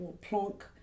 plonk